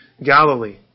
Galilee